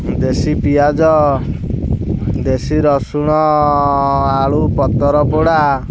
ଦେଶୀ ପିଆଜ ଦେଶୀ ରସୁଣ ଆଳୁ ପତର ପୋଡ଼ା